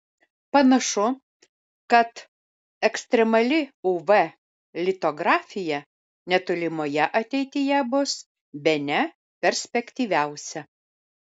panašu kad ekstremali uv litografija netolimoje ateityje bus bene perspektyviausia